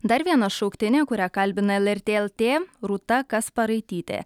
dar viena šauktinė kurią kalbina lrt lt rūta kasparaitytė